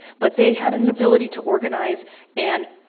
but they had an ability to organize and,